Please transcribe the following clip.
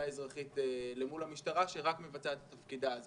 אזרחית אל מול המשטרה שרק מבצעת את תפקידה.